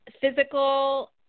physical